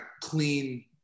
clean